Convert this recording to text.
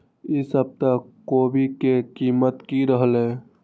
ई सप्ताह कोवी के कीमत की रहलै?